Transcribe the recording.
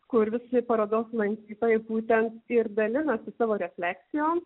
kur visi parodos lankytojai būtent ir dalinasi savo refleksijom